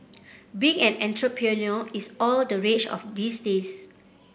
being an entrepreneur is all the rage of these days